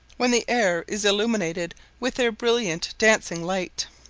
when the air is illuminated with their brilliant dancing light.